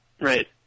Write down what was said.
Right